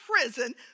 prison